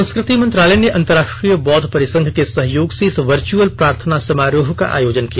संस्कृति मंत्रालय ने अंतरराष्ट्रीय बौद्ध परिसंघ के सहयोग से इस वर्चअल प्रार्थना समारोह का आयोजन किया